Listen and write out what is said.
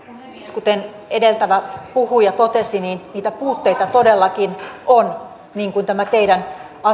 kuten edeltävä puhuja totesi niitä puutteita todellakin on niin kuin tämä teidän